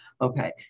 Okay